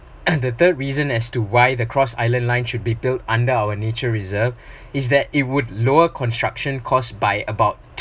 and the third reason as to why the cross island line should be built under our nature reserve is that it would lower construction costs by about